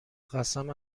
قسم